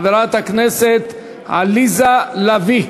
אנחנו ממשיכים בסדר-היום.